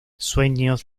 sueños